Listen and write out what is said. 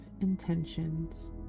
intentions